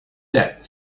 that